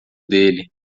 dele